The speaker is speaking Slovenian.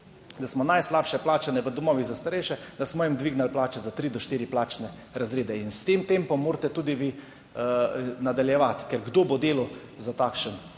da smo najslabše plačanim v domovih za starejše dvignili plače za tri do štiri plačne razrede. In s tem tempom morate tudi vi nadaljevati – ker kdo bo delal za takšen